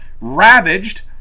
ravaged